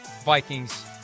Vikings